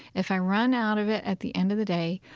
if i ran out of it at the end of the day,